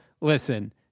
listen